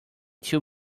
two